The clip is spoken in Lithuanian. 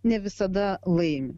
ne visada laimi